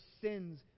sins